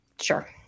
Sure